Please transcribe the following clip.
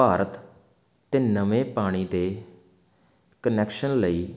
ਭਾਰਤ 'ਤੇ ਨਵੇਂ ਪਾਣੀ ਦੇ ਕੁਨੈਕਸ਼ਨ ਲਈ